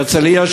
הרצליה,